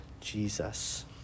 Jesus